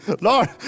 Lord